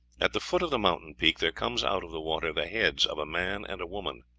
at the foot of the mountain-peak there comes out of the water the heads of a man and a woman.